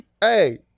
Hey